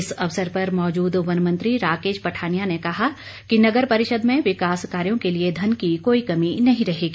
इस अवसर पर मौजूद वन मंत्री राकेश पठानिया ने कहा कि नगर परिषद में विकास कार्यों के लिए धन की कोई कमी नहीं रहेगी